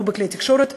לא בכלי תקשורת ולא,